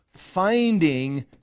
finding